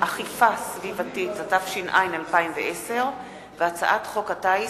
אכיפה סביבתית, התש"ע 2010, והצעת חוק הטיס,